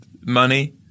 money